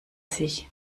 sich